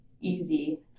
easy